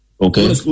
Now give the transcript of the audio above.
Okay